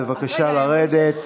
בבקשה, לרדת.